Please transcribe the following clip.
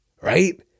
Right